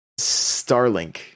Starlink